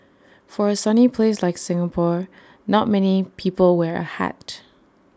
for A sunny place like Singapore not many people wear A hat